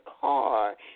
car